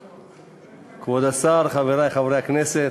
תודה, כבוד השר, חברי חברי הכנסת,